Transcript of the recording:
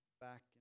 back